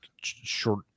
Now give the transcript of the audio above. short